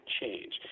change